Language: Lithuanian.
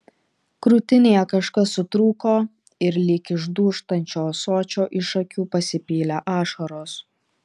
krūtinėje kažkas sutrūko ir lyg iš dūžtančio ąsočio iš akių pasipylė ašaros